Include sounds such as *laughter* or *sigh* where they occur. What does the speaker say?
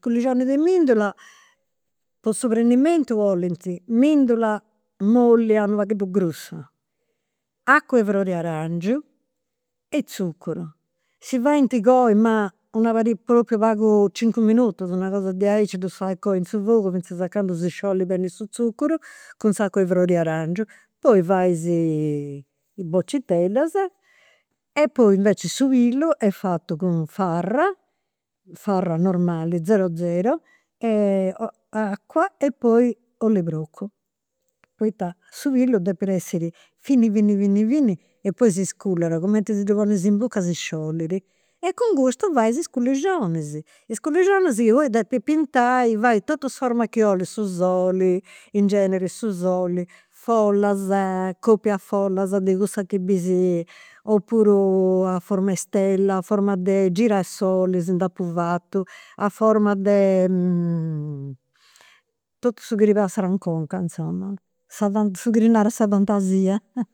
Culirgionis de mendula, po su prenimentu *unintelligible* mendula mollia u' pagheddu grussa, acua 'e fror'e arangiu e tzucuru. Si faint coi, ma una pariga, propriu pagu, cincu minutus, una cosa diaici, ddus fai coi in su fogu finzas a candu si sciollit beni su tzuccuru, cun s'acua 'e fror'e arangiu, poi fais is pociteddas. E poi invecias su pillu est fatu cun farra, farra normali zero zero e *hesitation* e acua e poi oll'e procu. Poita *unintelligible* depit essi fini fini fini fini e poi si scullat, cumenti ddu ponit in buca si sciollit. E cun custu fais is culingionis. Is culingionis chi poi depis pintai, fai totus is formas chi: *unintelligible* su soli, in genere su soli, follas copia follas de cussas chi bisi, opuru a form'e stella, a forma de girasole si nd'apu fatu, a forma de *hesitation* totu su chi ti passat in conca, insoma. *hesitation* Su chi ti narat sa fantasia *laughs*